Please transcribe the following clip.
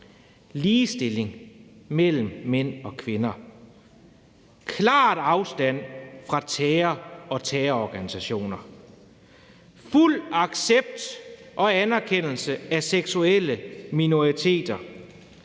ligestilling mellem mænd og kvinder, klar afstandtagen fra terror og terrororganisationer, fuld accept og anerkendelse af seksuelle minoriteter